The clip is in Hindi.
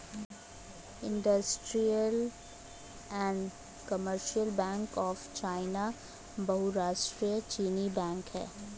industrial and Commercial Bank of China बहुराष्ट्रीय चीनी बैंक है